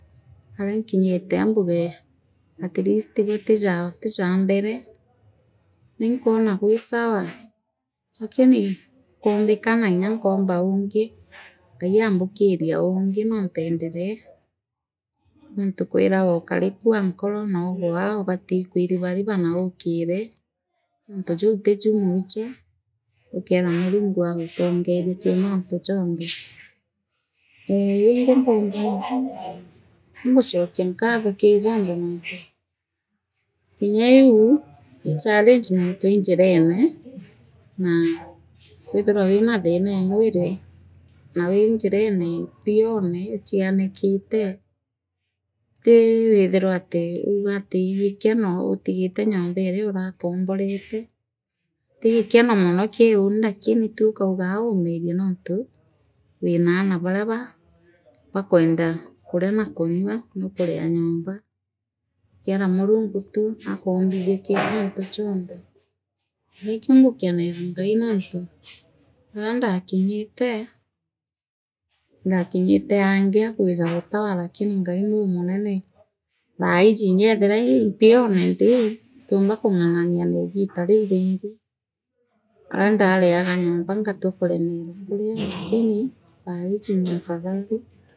Caria nkinyite aambuge atleast gwe tija tija mbele naikwona gwi sawa kakiri gu kombikanaa nya nkoomba liliga ngai aambukiria lilingi noompendiree nontu kwiragwa ukarikua nkoro noogwa libati ikwiribariba na likire noontu juu tija mwicho likeera murugu aguutonge kii mantu jontr5te ee ligi mpumba iinguchokia nkathoi kii jonte nontui kinyeiu ii challenge nontii ii njirene naa kwithira wiina thireemwiri na wii njiire mpione uchianikite tii withirwa ati uga ati ii gikero utigite ngoomberia lirakomberete it gikeno moro kii ulini lakiri tu okauga aumirie nonti wiira aana baria baabakwenda kuria na kunyua nuukuria nyomba ukeeera murungu tu akumbariire kii manti jonte na ikio ngukenera ngai nonti aaria ndaakinyite ndaakingiite aangi aakwaji gitawa lakini ngai muti munene thaiji nyeethia ii mpionee ndi ntilimba kungangania neegita riu ringi aandareaga vyomba ngatua kuremenua kario lakini thaaiji niafadhali.